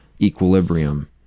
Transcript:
equilibrium